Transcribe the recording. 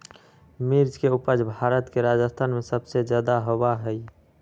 मिर्च के उपज भारत में राजस्थान में सबसे ज्यादा होबा हई